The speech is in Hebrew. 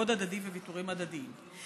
כבוד הדדי וּויתורים הדדיים.